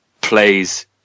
plays